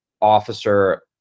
officer